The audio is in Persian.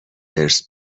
ارث